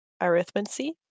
arithmetic